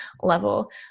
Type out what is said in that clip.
level